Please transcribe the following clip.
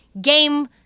Game